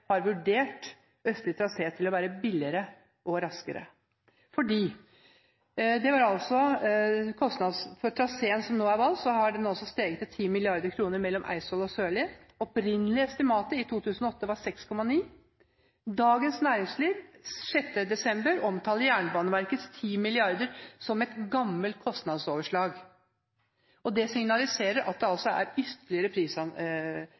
har vurdert østlig trasé til å være billigere og raskere. Kostnader for traseen Eidsvoll–Sørli som nå er valgt, har nå steget til 10 mrd. kr. Det opprinnelige estimatet i 2008 var 6,9 mrd. kr. Dagens Næringsliv omtaler den 6. desember Jernbaneverkets 10 mrd. kr som et gammelt kostnadsoverslag. Det signaliserer at det